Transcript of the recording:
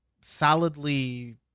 solidly